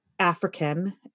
African